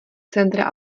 centra